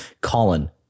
colin